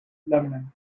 lebanon